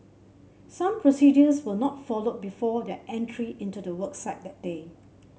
some procedures were not followed before their entry into the work site that day